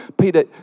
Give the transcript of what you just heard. Peter